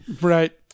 Right